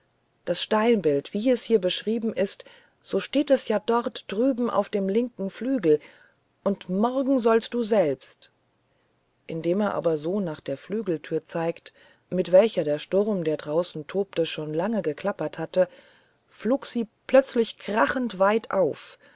das steinbild wie es hier beschrieben ist so steht es ja dort drüben auf dem linken flügel und morgen sollst du selbst indem er aber so nach der flügeltür zeigte mit welcher der sturm der draußen tobte schon lange geklappert hatte flog sie plötzlich krachend weit auf